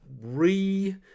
re